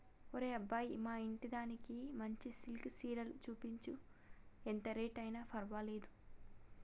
ఒరే అబ్బాయి మా ఇంటిదానికి మంచి సిల్కె సీరలు సూపించు, ఎంత రేట్ అయిన పర్వాలేదు